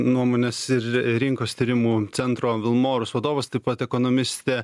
nuomonės ir rinkos tyrimų centro vilmorus vadovas taip pat ekonomistė